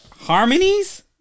harmonies